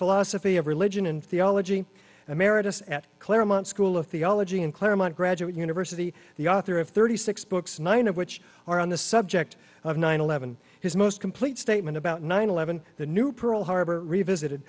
philosophy of religion and theology emeritus at claremont school of theology in claremont graduate university the author of thirty six books nine of which are on the subject of nine eleven his most complete statement about nine eleven the new pearl harbor revisit